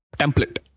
template